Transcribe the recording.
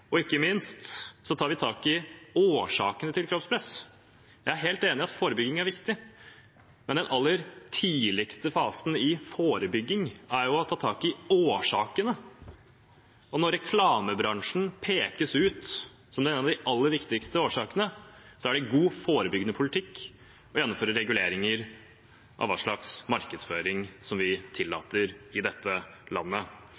og ikke minst tar vi tak i årsakene til kroppspress. Jeg er helt enig i at forebygging er viktig, men den aller tidligste fasen i forebygging er jo å ta tak i årsakene. Og når reklamebransjen pekes ut som en av de aller viktigste årsakene, er det god forebyggende politikk å gjennomføre reguleringer av hva slags markedsføring vi tillater i dette landet.